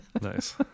Nice